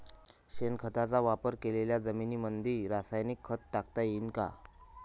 शेणखताचा वापर केलेल्या जमीनीमंदी रासायनिक खत टाकता येईन का?